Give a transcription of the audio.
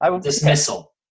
Dismissal